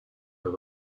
mehr